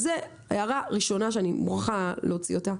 אז זו הערה ראשונה שאני מוכרחה לומר אותה.